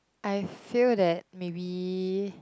I feel that maybe